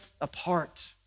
apart